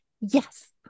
Yes